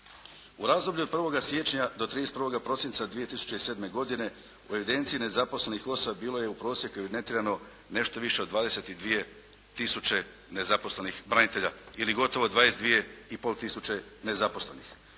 U razdoblju od 1. siječnja do 31. prosinca 2007. godine u evidenciji nezaposlenih osoba bilo je u prosjeku evidentirano nešto više od 22 tisuće nezaposlenih branitelja, ili gotovo 22 i pol tisuće nezaposlenih.